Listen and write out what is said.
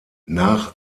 nach